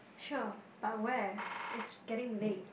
sure but where it's getting late